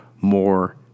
More